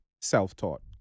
self-taught